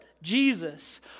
Jesus